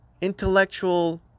intellectual